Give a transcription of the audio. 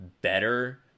better